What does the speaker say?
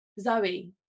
Zoe